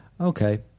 Okay